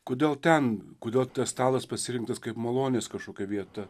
kodėl ten kodėl stalas pasirinktas kaip malonės kažkokia vieta